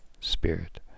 Spirit